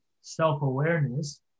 self-awareness